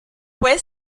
fue